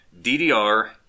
DDR